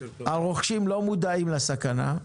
הרוכשים לא מודעים לסכנה,